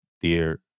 Dear